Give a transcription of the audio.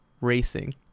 racing